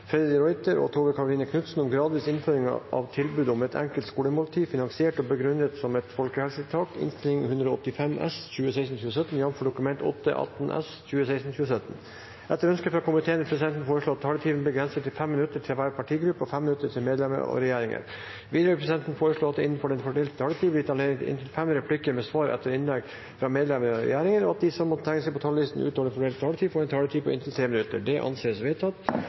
vil presidenten foreslå at taletiden blir begrenset til 5 minutter til hver partigruppe og 5 minutter til medlemmer av regjeringen. Videre vil presidenten foreslå at det – innenfor den fordelte taletid – blir gitt anledning til inntil fem replikker med svar etter innlegg fra medlemmer av regjeringen, og at de som måtte tegne seg på talerlisten utover den fordelte taletid, får en taletid på inntil 3 minutter. – Det anses vedtatt.